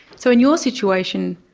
so in your situation,